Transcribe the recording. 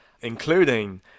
including